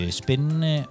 spændende